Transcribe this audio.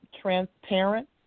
transparent